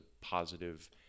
positive